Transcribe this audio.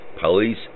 Police